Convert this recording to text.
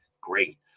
Great